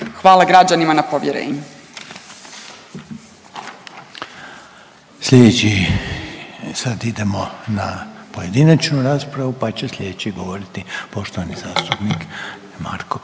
Hvala građanima na povjerenju.